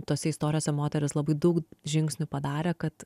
tose istorijose moterys labai daug žingsnių padarė kad